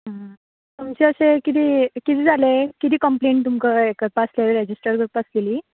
तुमचें अशें कितें कितें जालें कितें कंमप्लेन तुमकां हें करपा आसलेली रजिश्टर करपा आसलेली